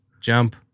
jump